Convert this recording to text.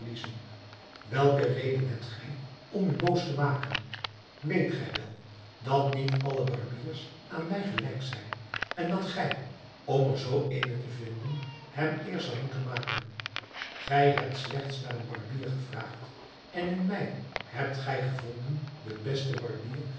welke reden hebt gij om u boos te maken weet gij wel dat niet alle barbiers aan mij gelijk zijn en dat gij om er zoo eene te vinden hem eerst zoudt moeten maken gij hebt slechts naar een barbier gevraagd en in mij hebt gij gevonden den besten barbier